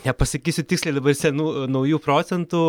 nepasakysiu tiksliai dabar senų naujų procentų